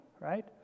right